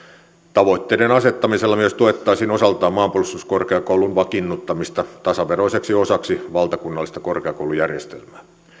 tavoitteiden asettamisella myös tuettaisiin osaltaan maanpuolustuskorkeakoulun vakiinnuttamista tasaveroiseksi osaksi valtakunnallista korkeakoulujärjestelmää